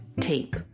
Tape